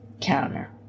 counter